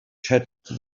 shattered